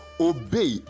obey